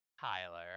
tyler